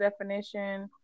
definition